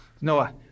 Noah